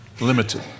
limited